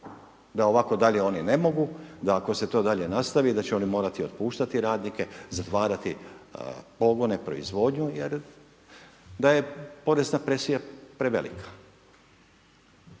da ovako dalje oni ne mogu, da ako se to dalje nastavi da će oni morati otpuštati radnike, zatvarati pogone, proizvodnju jer da je porezna presije prevelika.